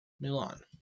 Milan